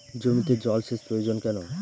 জমিতে জল সেচ প্রয়োজন কেন?